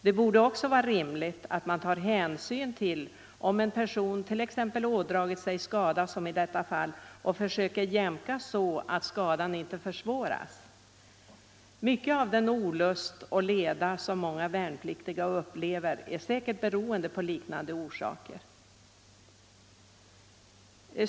Det borde också vara rimligt att man tar hänsyn till om en person t.ex. ådragit sig skada, som i detta fall, och försöker jämka så att skadan inte försvåras. Mycket av den olust och leda som många värnpliktiga upplever är säkert beroende på liknande omständigheter.